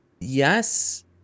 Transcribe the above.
Yes